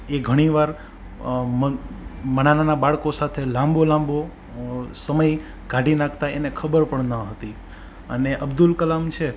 એ ઘણીવાર નાના નાના બાળકો સાથે લાંબો લાંબો સમય કાઢી નાખતા એને ખબર પણ ન હતી અને અબ્દુલ કલામ છે